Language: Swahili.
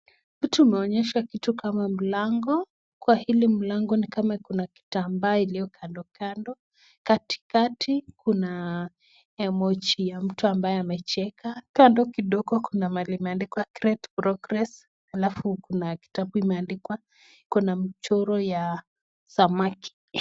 Vitu imeonyeshwa kitu kama mlango. Kwa hili mlango ni kama kuna kitambaa iliyo kandokando. Katikati kuna emoji ya mtu ambaye amecheka. Kando kidogo kuna mahali pameandikwa Great progress , alafu kuna kitabu imeandikwa iko na mchoro ya samaki.